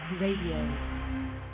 Radio